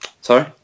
Sorry